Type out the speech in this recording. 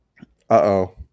Uh-oh